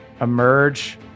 emerge